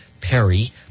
Perry